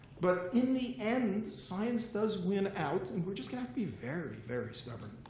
but in the end, science does win out. and we're just going to be very, very stubborn.